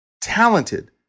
talented